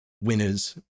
winners